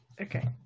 Okay